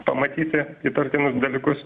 pamatyti įtartinus dalykus